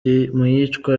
iyicwa